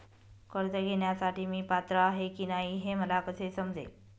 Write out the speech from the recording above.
कर्ज घेण्यासाठी मी पात्र आहे की नाही हे मला कसे समजेल?